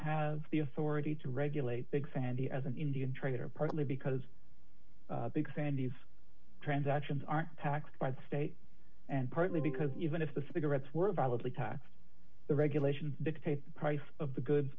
have the authority to regulate big sandy as an indian trader partly because big sandy's transactions are taxed by the state and partly because even if the cigarettes were violently taxed the regulations dictate the price of the goods